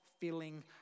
feeling